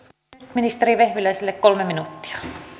ministeri vehviläiselle kolme minuuttia